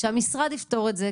שהמשרד יפתור את זה,